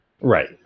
Right